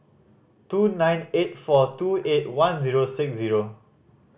two nine eight four two eight one zero six zero